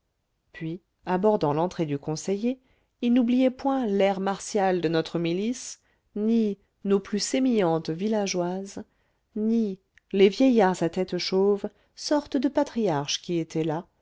puis abordant l'entrée du conseiller il n'oubliait point l'air martial de notre milice ni nos plus sémillantes villageoises ni les vieillards à tête chauve sorte de patriarches qui étaient là